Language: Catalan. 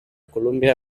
colúmbia